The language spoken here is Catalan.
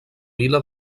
vila